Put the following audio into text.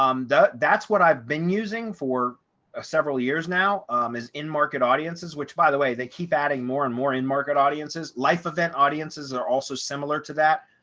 um that's what i've been using for several years now um is in market audiences, which by the way, they keep adding more and more in market audiences life event audiences are also similar to that.